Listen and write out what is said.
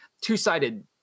two-sided